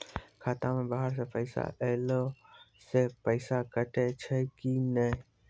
खाता मे बाहर से पैसा ऐलो से पैसा कटै छै कि नै?